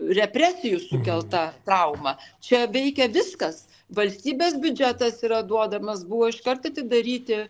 represijų sukelta trauma čia veikia viskas valstybės biudžetas yra duodamas buvo iškart atidaryti